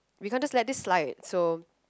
we can't just let this slide so